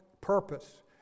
purpose